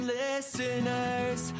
listeners